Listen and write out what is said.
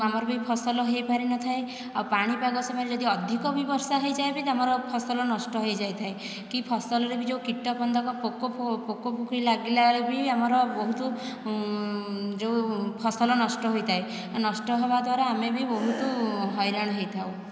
ଆମର ବି ଫସଲ ହୋଇପାରିନଥାଏ ଆଉ ପାଣିପାଗ ସମୟରେ ଯଦି ଅଧିକ ବି ବର୍ଷା ହୋଇଯାଏ ବି ଆମର ଫସଲ ନଷ୍ଟ ହୋଇଯାଇଥାଏ କି ଫସଲରେ ବି ଯେଉଁ କୀଟପତଙ୍ଗ ପୋକ ପୋକ ଫୋକ ବି ଲାଗିଲା ବେଳେ ବି ଆମର ବହୁତ ଯେଉଁ ଫସଲ ନଷ୍ଟ ହୋଇଥାଏ ଏ ନଷ୍ଟ ହେବା ଦ୍ଵାରା ଆମେ ବି ବହୁତ ହଇରାଣ ହୋଇଥାଉ